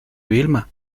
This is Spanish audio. vilma